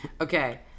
okay